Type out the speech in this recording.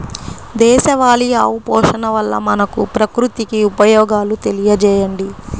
దేశవాళీ ఆవు పోషణ వల్ల మనకు, ప్రకృతికి ఉపయోగాలు తెలియచేయండి?